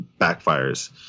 backfires